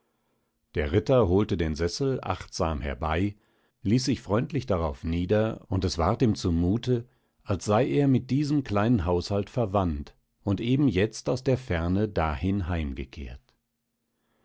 der ritter holte den sessel achtsam herbei ließ sich freundlich darauf nieder und es war ihm zumute als sei er mit diesem kleinen haushalt verwandt und eben jetzt aus der ferne dahin heimgekehrt